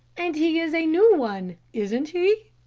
and he is a new one, isn't he?